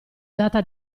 data